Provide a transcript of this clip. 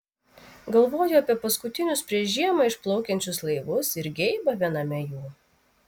galvoju apie paskutinius prieš žiemą išplaukiančius laivus ir geibą viename jų